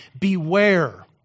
beware